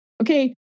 Okay